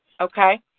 Okay